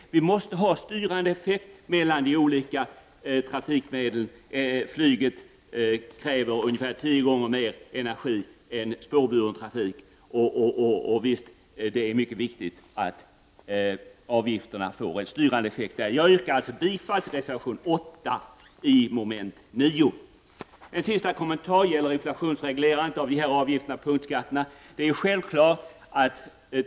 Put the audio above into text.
Det måste finnas styrande effekter mellan de olika trafikmedlen. Flyget kräver ungefär tio gånger mer energi än spårbunden trafik. Det är mycket viktigt att avgifterna får en styrande effekt på den punkten. Jag yrkar bifall till reservation 8 till mom. 9. Min sista kommentar gäller inflationsreglerandet av dessa avgifter och punktskatter.